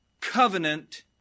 covenant